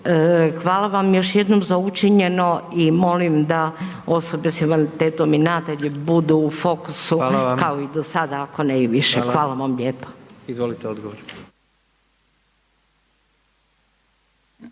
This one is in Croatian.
hvala vam još jednom za učinjeno i molim da osobe s invaliditetom i nadalje budu u fokusu …/Upadica: Hvala vam/…kao i do sada ako ne i više. Hvala vam lijepo.